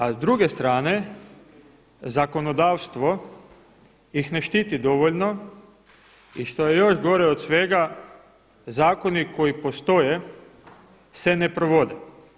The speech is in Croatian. A s druge strane zakonodavstvo ih ne štiti dovoljno i što je još gore od svega zakoni koji postoje se ne provode.